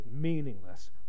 meaningless